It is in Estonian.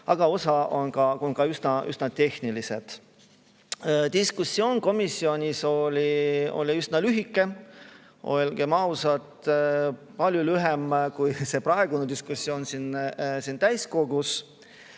aga osa on üsna tehnilised. Diskussioon oli komisjonis üsna lühike, olgem ausad, palju lühem kui praegune diskussioon siin täiskogus.